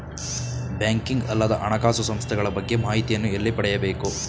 Banking ಅಲ್ಲದ ಹಣಕಾಸು ಸಂಸ್ಥೆಗಳ ಬಗ್ಗೆ ಮಾಹಿತಿಯನ್ನು ಎಲ್ಲಿ ಪಡೆಯಬೇಕು?